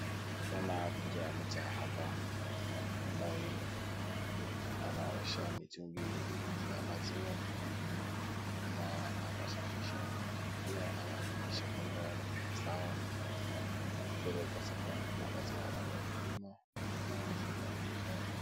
Tunaona picha ya mcha hapa ambaye anaosha mitungi ya maziwa ama anasafisha na pia anahakikisha kwamba ziko sawa kupeleka za wakulima na wafanyaji biashara.